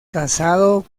casado